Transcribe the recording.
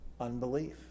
unbelief